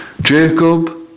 Jacob